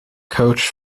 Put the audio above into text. coach